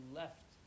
left